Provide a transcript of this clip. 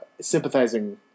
sympathizing